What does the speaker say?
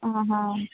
ఆహా